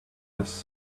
this